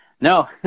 No